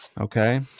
Okay